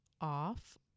off